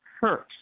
hurts